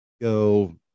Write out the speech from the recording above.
go